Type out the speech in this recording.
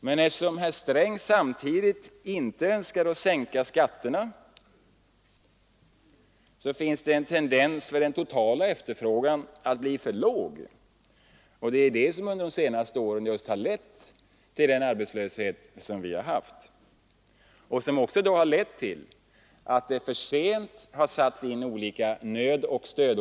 Men eftersom herr Sträng samtidigt inte önskar sänka skatterna finns det en tendens att den totala efterfrågan blir för låg. Det är detta som under de senaste åren lett till den arbetslöshet som vi har haft. Det har också lett till att man för sent har satt in olika nödoch stödåtgärder.